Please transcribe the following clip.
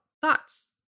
thoughts